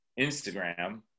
Instagram